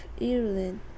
Ireland